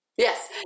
Yes